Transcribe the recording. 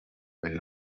will